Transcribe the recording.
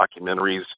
documentaries